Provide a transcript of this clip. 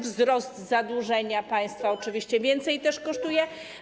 Wzrost zadłużenia państwa - oczywiście to więcej też kosztuje.